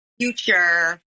future